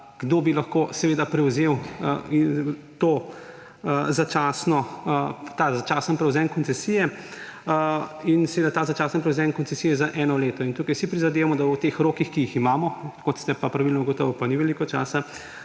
kdo bi lahko prevzel ta začasen prevzem koncesije in seveda ta začasen prevzem koncesije za eno leto. Tukaj si prizadevamo, da v teh rokih, ki jih imamo – kot ste pa pravilno ugotovili, pa ni veliko časa